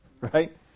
Right